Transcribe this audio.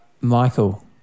Michael